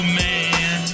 man